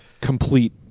complete